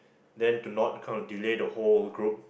then to not kind of delay the whole group